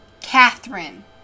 Catherine